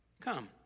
Come